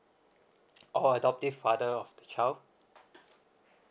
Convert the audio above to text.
or adoptive father of the child